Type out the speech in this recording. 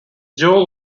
joe